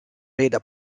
reda